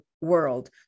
world